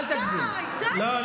די כבר,